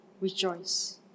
rejoice